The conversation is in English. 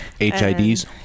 HIDs